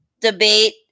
debate